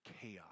chaos